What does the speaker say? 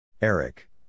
Eric